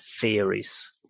theories